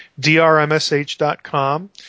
drmsh.com